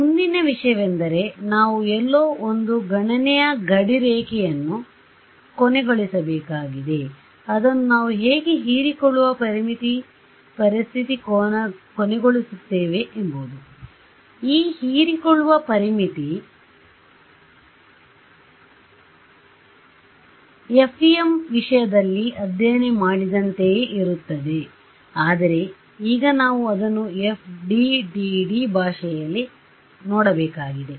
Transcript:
ಮುಂದಿನ ವಿಷಯವೆಂದರೆ ನಾವು ಎಲ್ಲೋ ಒಂದು ಗಣನೆಯ ಗಡಿರೇಖೆಯನ್ನು ಕೊನೆಗೊಳಿಸಬೇಕಾಗಿದೆ ಅದನ್ನು ನಾವು ಹೇಗೆ ಹೀರಿಕೊಳ್ಳುವ ಪರಿಮಿತಿ ಪರಿಸ್ಥಿತಿ ಕೊನೆಗೊಳಿಸುತ್ತೇವೆ ಎಂಬುವುದು ಈ ಹೀರಿಕೊಳ್ಳುವ ಪರಿಮಿತಿ FEM ವಿಷಯದಲ್ಲಿ ಅಧ್ಯಯನ ಮಾಡಿದಂತೆಯೇ ಇರುತ್ತವೆ ಆದರೆ ಈಗ ನಾವು ಅದನ್ನು FDTD ಭಾಷೆಯಲ್ಲಿ ನೋಡಬೇಕಾಗಿದೆ